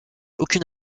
aucune